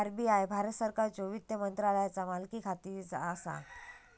RBI Bharat सरकारच्यो वित्त मंत्रालयाचा मालकीखाली असा